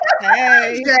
Hey